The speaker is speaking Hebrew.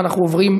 ואנחנו עוברים,